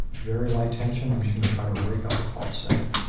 very light tension. i'm just going to try to rake up a fault set.